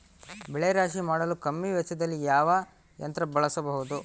ಬೆಳೆ ರಾಶಿ ಮಾಡಲು ಕಮ್ಮಿ ವೆಚ್ಚದಲ್ಲಿ ಯಾವ ಯಂತ್ರ ಬಳಸಬಹುದು?